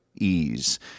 ease